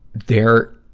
there,